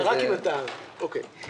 רק אם אתה, אוקיי.